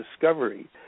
discovery